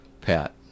Pat